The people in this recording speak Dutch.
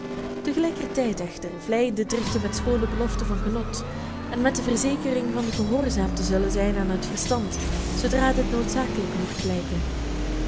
tegelijkertijd echter vleien de driften met schoone beloften van genot en met de verzekering van gehoorzaam te zullen zijn aan het verstand zoodra dit noodzakelijk mocht blijken